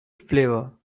flavor